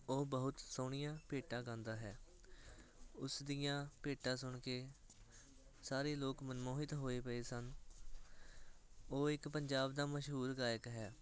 ਉਹ ਬਹੁਤ ਸੋਹਣੀਆਂ ਭੇਟਾਂ ਗਾਉਂਦਾ ਹੈ ਉਸਦੀਆਂ ਭੇਟਾਂ ਸੁਣ ਕੇ ਸਾਰੇ ਲੋਕ ਮਨਮੋਹਿਤ ਹੋਏ ਪਏ ਸਨ ਉਹ ਇੱਕ ਪੰਜਾਬ ਦਾ ਮਸ਼ਹੂਰ ਗਾਇਕ ਹੈ